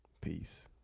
Peace